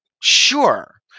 sure